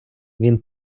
він